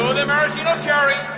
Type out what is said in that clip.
the the maraschino cherry.